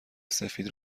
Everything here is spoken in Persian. سفید